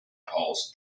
polls